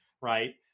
right